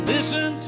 Listen